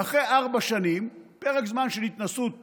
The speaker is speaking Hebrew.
ואחרי ארבע שנים, פרק זמן לא רע